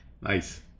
Nice